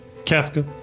Kafka